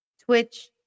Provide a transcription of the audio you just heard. Twitch